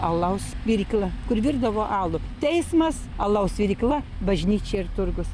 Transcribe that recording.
alaus virykla kur virdavo alų teismas alaus virykla bažnyčia ir turgus